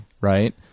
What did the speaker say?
right